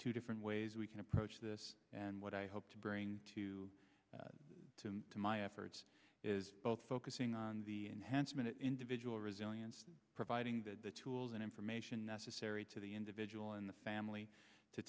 two different ways we can approach this and what i hope to bring to the to my efforts is both focusing on the enhancement individual resilience providing the tools and information necessary to the individual in the family to